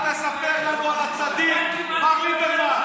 אל תספר לנו על הצדיק מר ליברמן.